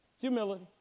Humility